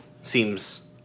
seems